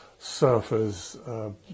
surfers